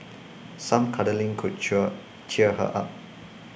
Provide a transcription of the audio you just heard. some cuddling could cheer cheer her up